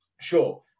Sure